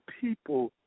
people